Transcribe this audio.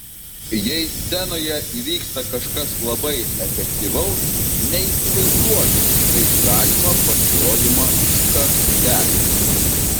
jei scenoje įvyksta kažkas labai efektyvaus neįsivaizduoju kaip galima pasirodymą iškart tęsti